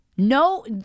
No